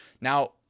Now